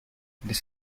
this